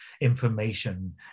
information